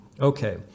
Okay